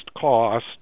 cost